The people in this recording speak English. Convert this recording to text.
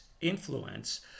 influence